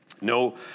No